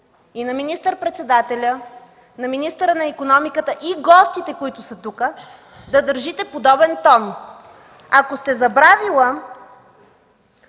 и на министър-председателя, на министъра на икономиката и на гостите тук да държите подобен тон?! Ако сте забравили,